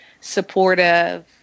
supportive